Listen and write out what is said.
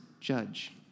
judge